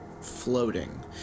Floating